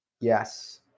Yes